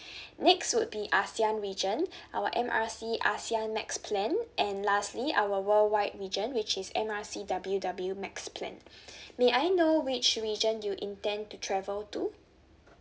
next would be ASEAN region our M R C ASEAN max plan and lastly our worldwide region which is M R C W W max plan may I know which region you intend to travel to